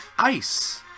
ICE